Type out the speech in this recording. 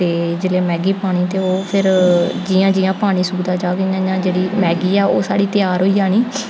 ते जेल्लै मैगी पानी ते ओह् फिर जि'यां जि'यां पानी सुक्कदा जाह्ग इ'यां इ'यां जेह्ड़ी मैगी ऐ ओह् साढ़ी त्यार होई जानी